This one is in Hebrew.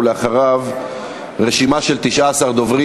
ולאחריו, רשימה של 19 דוברים.